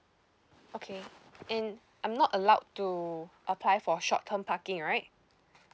okay and I'm not allowed to apply for short term parking right